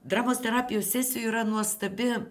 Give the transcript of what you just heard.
dramos terapijos sesijų yra nuostabi